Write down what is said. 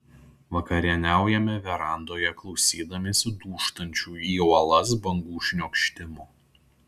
vakarieniaujame verandoje klausydamiesi dūžtančių į uolas bangų šniokštimo